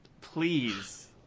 Please